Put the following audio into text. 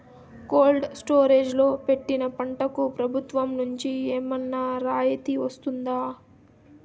Cold storage లో పెట్టిన పంటకు ప్రభుత్వం నుంచి ఏమన్నా రాయితీ వస్తుందా?